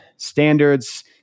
standards